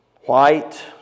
white